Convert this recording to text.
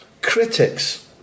Critics